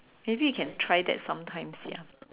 maybe you can try that sometimes ya